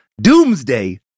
doomsday